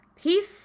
Peace